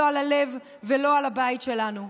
לא על הלב ולא על הבית שלנו,